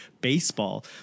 baseball